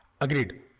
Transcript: Agreed